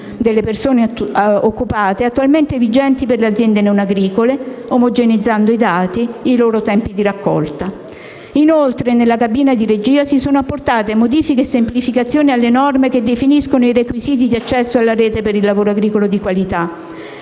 delle persone occupate attualmente vigente per le aziende non agricole, omogeneizzando i dati e i loro tempi di raccolta. Inoltre, nella cabina di regia si sono apportate modifiche e semplificazioni alle norme che definiscono i requisiti di accesso alla Rete del lavoro agricolo di qualità.